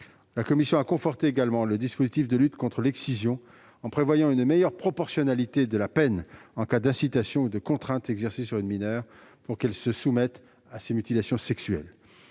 La commission a également conforté le dispositif de lutte contre l'excision en prévoyant une meilleure proportionnalité de la peine en cas d'incitation et de contrainte exercée sur une mineure pour qu'elle se soumette à ces mutilations sexuelles.